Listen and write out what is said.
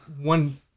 one